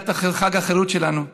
חגיגת חג החירות שלנו.